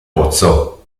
pozzo